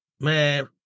Man